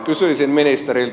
kysyisin ministeriltä